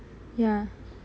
ya